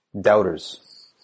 doubters